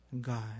God